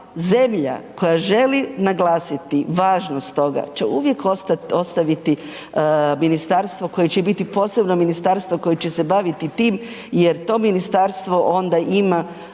zemlja koja želi naglasiti važnost toga će uvijek ostaviti ministarstvo koje će biti posebno ministarstvo koje će se baviti tim jer to ministarstvo onda ima